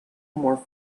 more